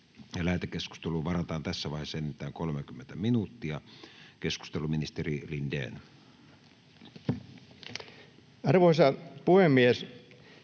Lähetekeskusteluun varataan tässä vaiheessa enintään 30 minuuttia. — Keskusteluun, ministeri Lindén. [Speech